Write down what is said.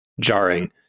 jarring